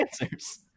answers